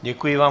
Děkuji vám.